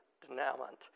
denouement